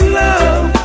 love